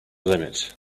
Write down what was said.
limit